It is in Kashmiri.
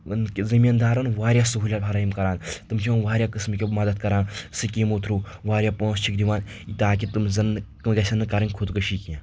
زمیٖندارن واریاہ سہوٗلِیَت فرَاہم کران تِم چھِ واریاہ قٕسمہٕ کیٚو مَدتھ کران سِکیٖمو تھٕروٗ واریاہ پونٛسہٕ چھِکھ دِوان تاکہِ تِم زَن نہٕ گژھن نہٕ کرٕنۍ خُدکٔشی کینٛہہ